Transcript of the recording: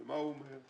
ומה הוא אומר?